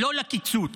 לא לקיצוץ.